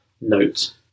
note